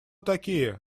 такие